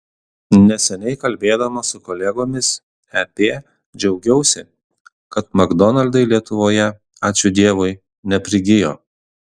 neseniai kalbėdama su kolegomis ep džiaugiausi kad makdonaldai lietuvoje ačiū dievui neprigijo